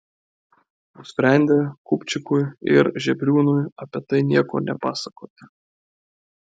nusprendė kupčikui ir žebriūnui apie tai nieko nepasakoti